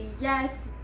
yes